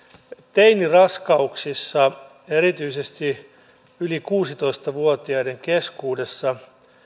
teiniraskauksissa erityisesti yli kuusitoista vuotiaiden keskuudessa